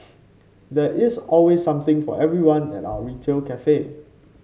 there is always something for everyone at our retail cafe